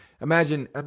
imagine